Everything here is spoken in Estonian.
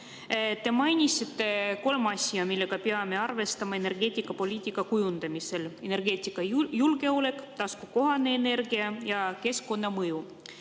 Te mainisite kolme asja, millega peame arvestama energeetikapoliitika kujundamisel: energeetikajulgeolek, taskukohane energia ja keskkonnamõju.